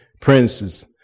princes